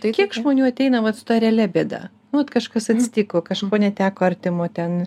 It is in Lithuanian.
tai kiek žmonių ateina vat su ta realia bėda nu vat kažkas atsitiko kažko neteko artimo ten